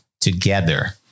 together